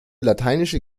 lateinische